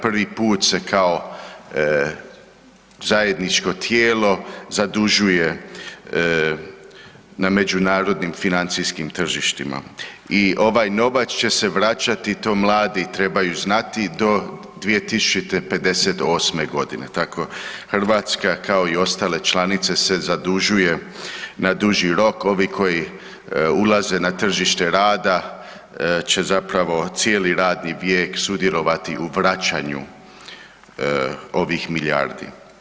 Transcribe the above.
Prvi put se kao zajedničko tijelo zadužuje na međunarodnim financijskim tržištima i ovaj novac će se vraćati, to mladi trebaju znati do 2058. g., tako Hrvatska kao i ostale članice se zadužuje na duži rok, ovi koji ulaze na tržište rada će zapravo cijeli radni vijek sudjelovati u vraćanju ovih milijardi.